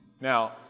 Now